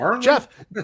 Jeff